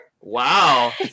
Wow